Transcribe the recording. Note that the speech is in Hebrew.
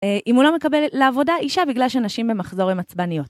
אם הוא לא מקבל לעבודה אישה בגלל שנשים במחזור הן עצבניות.